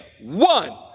one